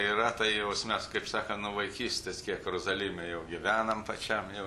yra ta jos mes kaip sakant nuo vaikystės kiek rozalime jau gyvenam pačiam jau